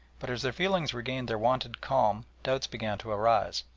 but as their feelings regained their wonted calm doubts began to arise.